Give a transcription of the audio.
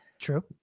True